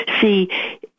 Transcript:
see